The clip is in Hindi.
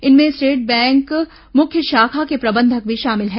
इनमें स्टेट बैंक मुख्य शाखा के प्रबंधक भी शामिल हैं